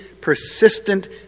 persistent